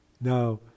Now